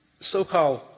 so-called